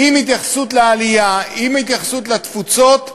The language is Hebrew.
עם התייחסות לעלייה, עם התייחסות לתפוצות.